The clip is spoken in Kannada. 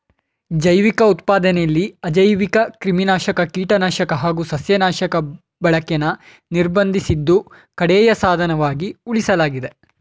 ಜೈವಿಕ ಉತ್ಪಾದನೆಲಿ ಅಜೈವಿಕಕ್ರಿಮಿನಾಶಕ ಕೀಟನಾಶಕ ಹಾಗು ಸಸ್ಯನಾಶಕ ಬಳಕೆನ ನಿರ್ಬಂಧಿಸಿದ್ದು ಕಡೆಯ ಸಾಧನವಾಗಿ ಉಳಿಸಲಾಗಿದೆ